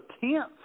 tenth